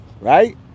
Right